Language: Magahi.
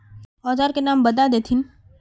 औजार के नाम बता देथिन?